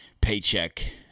paycheck